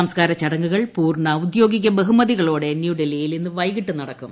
സംസ്കാര ചടങ്ങുകൾ പൂർണ ഔദ്യോഗിക ബഹുമതികളോടെ ന്യൂഡൽഹിയിൽ ഇന്ന് വൈകിട്ട് നടക്കും